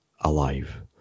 alive